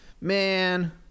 Man